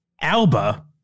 Alba